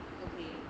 okay